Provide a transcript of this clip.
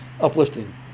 uplifting